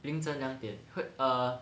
凌晨两点 heard err